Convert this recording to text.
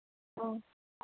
ꯑꯥꯥꯥꯥꯥꯥꯥꯥꯥꯥꯥ